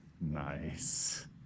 Nice